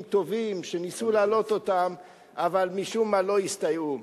טובים שניסו להעלות אותם אבל משום מה לא הסתייעו.